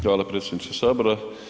Hvala predsjedniče Sabora.